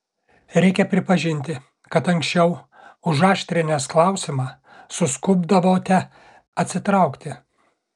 reikia pripažinti kad anksčiau užaštrinęs klausimą suskubdavote atsitraukti